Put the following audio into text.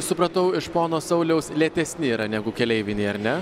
supratau iš pono sauliaus lėtesni yra negu keleiviniai ar ne